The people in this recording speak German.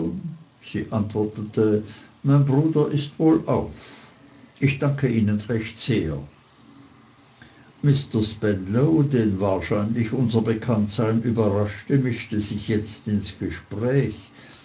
sie antwortete mein bruder ist wohlauf ich danke ihnen recht sehr mr spenlow den wahrscheinlich unser bekanntsein überraschte mischte sich jetzt ins gespräch